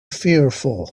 fearful